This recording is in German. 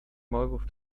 maulwurf